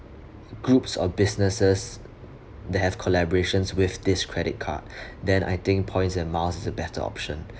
groups or businesses that have collaborations with this credit card then I think points and miles is a better option